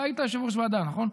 אתה היית יושב-ראש ועדה, נכון?